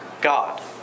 God